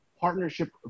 partnership